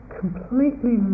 completely